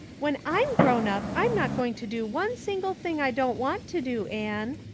when i m grown up i'm not going to do one single thing i don't want to do, anne.